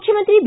ಮುಖ್ಯಮಂತ್ರಿ ಬಿ